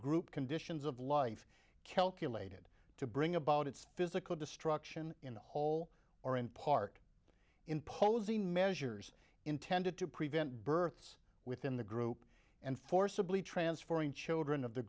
group conditions of life calculated to bring about its physical destruction in a whole or in part in posy measures intended to prevent births within the group and forcibly transferring children of the